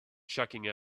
checking